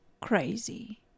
crazy